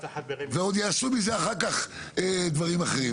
ועוד יעשו מזה אחר כך דברים אחרים.